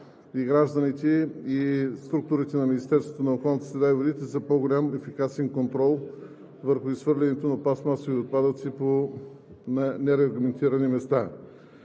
и гражданите, и структурите на Министерството на околната среда и водите за по-голям ефикасен контрол върху изхвърлянето на пластмасови отпадъци по нерегламентирани места.